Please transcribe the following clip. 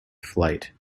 flight